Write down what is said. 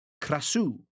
Krasu